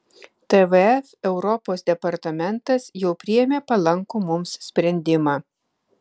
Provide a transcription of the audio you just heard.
tvf europos departamentas jau priėmė palankų mums sprendimą